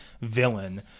villain